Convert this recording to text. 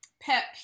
pet